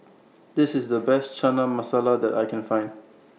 This IS The Best Chana Masala that I Can Find